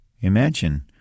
Imagine